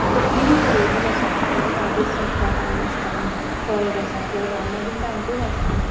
आनी तो free available आसा तेका चार्जीस नासता कांय नासता तो एक आसा प्लस हांव नवहींद टायम्सूय वाचतां